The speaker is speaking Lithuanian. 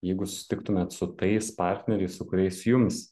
jeigu susitiktumėt su tais partneriais su kuriais jums